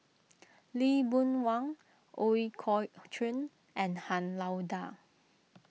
Lee Boon Wang Ooi Kok Chuen and Han Lao Da